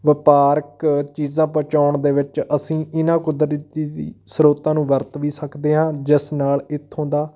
ਵਪਾਰਕ ਚੀਜ਼ਾਂ ਪਹੁੰਚਾਉਣ ਦੇ ਵਿੱਚ ਅਸੀਂ ਇਹਨਾਂ ਕੁਦਰਤੀ ਸਰੋਤਾਂ ਨੂੰ ਵਰਤ ਵੀ ਸਕਦੇ ਹਾਂ ਜਿਸ ਨਾਲ ਇੱਥੋਂ ਦਾ